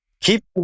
keep